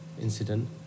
incident